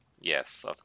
yes